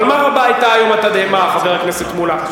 אבל מה היתה רבה היום התדהמה, חבר הכנסת מולה.